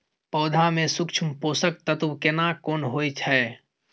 पौधा में सूक्ष्म पोषक तत्व केना कोन होय छै?